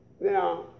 Now